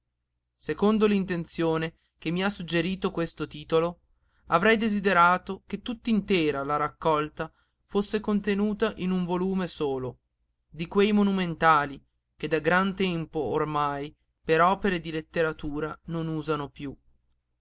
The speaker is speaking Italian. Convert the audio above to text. secondo l'intenzione che mi ha suggerito questo titolo avrei desiderato che tutt'intera la raccolta fosse contenuta in un volume solo di quei monumentali che da gran tempo ormai per opere di letteratura non usano piú